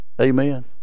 Amen